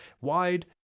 wide